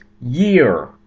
year